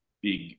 big